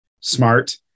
smart